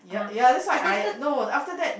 !huh!